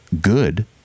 good